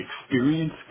experience